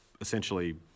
essentially